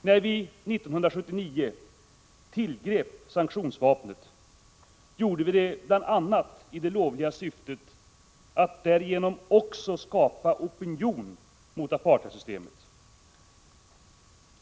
När vi 1979 tillgrep sanktionsvapnet gjorde vi det bl.a. i det lovliga syftet att därigenom också skapa opinion mot apartheidsystemet.